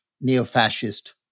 neo-fascist